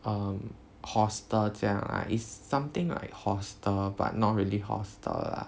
um hostel 这样 ah it's something like hostel but not really hostel lah